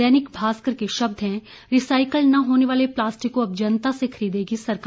दैनिक भास्कर के शब्द हैं रिसाइकल न होने वाले प्लास्टिक को अब जनता से खरीदेगी सरकार